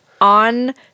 on